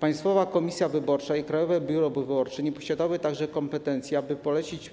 Państwowa Komisja Wyborcza i Krajowe Biuro Wyborcze nie posiadały także kompetencji, aby polecić